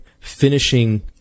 finishing